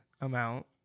amount